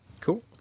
cool